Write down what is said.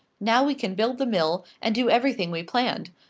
now we can build the mill, and do everything we planned.